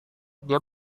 dia